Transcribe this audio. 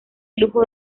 lujo